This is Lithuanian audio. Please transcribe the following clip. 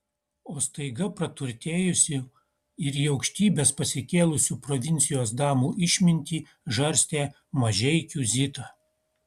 o staiga praturtėjusių ir į aukštybes pasikėlusių provincijos damų išmintį žarstė mažeikių zita